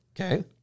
Okay